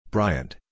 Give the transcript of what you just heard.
Bryant